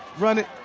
run it.